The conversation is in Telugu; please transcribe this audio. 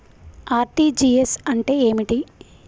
ఆర్.టి.జి.ఎస్ అంటే ఏమిటి?